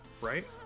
right